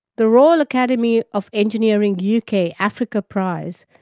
the royal academy of engineering, u. k. africa prize,